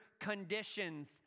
conditions